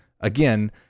again